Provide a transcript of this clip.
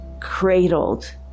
cradled